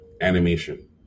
animation